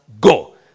go